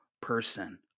person